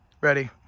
Ready